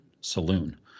saloon